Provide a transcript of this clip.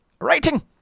writing